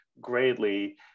greatly